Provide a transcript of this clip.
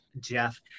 Jeff